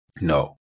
No